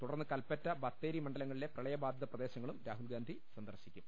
തുടർന്ന് കൽപ്പറ്റ ബത്തേരി മണ്ഡലങ്ങളിലെ പ്രളയബാധിത പ്രദേശ ശങ്ങളും രാഹുൽ ഗാന്ധി സന്ദർശിക്കും